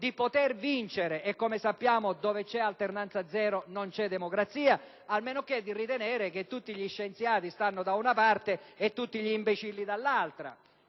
poter vincere (e, come sappiamo, dove c'è alternanza zero non c'è democrazia, a meno di ritenere che tutti gli scienziati stiano da una parte e tutti gli imbecilli dall'altra).